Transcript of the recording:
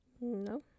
No